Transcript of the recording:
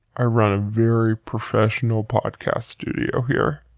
i run a very professional podcast studio here.